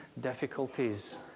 difficulties